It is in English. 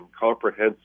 comprehensive